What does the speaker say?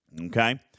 okay